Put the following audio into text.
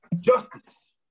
justice